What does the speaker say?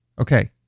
Okay